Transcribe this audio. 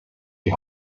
die